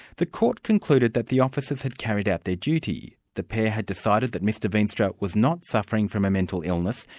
the court concluded that the officers had carried out their duty. the pair had decided that mr veenstra was not suffering from a mental illness,